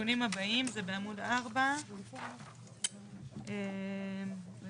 התיקונים הבאים זה בעמוד 4. רגע.